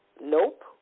Nope